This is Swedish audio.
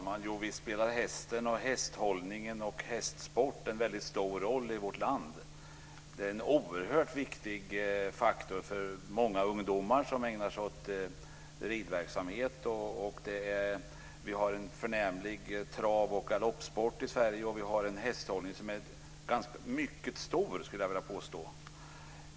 Fru talman! Visst spelar hästen, hästhållningen och hästsporten en väldigt stor roll i vårt land. Det är en oerhört viktig faktor för många ungdomar som ägnar sig åt ridverksamhet. Vi har en förnämlig travoch galoppsport i Sverige, och vi har en hästhållning som är mycket omfattande, skulle jag vilja påstå.